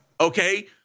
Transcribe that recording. Okay